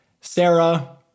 Sarah